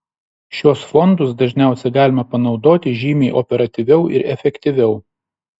šiuos fondus dažniausiai galima panaudoti žymiai operatyviau ir efektyviau